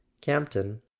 Campton